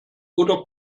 oder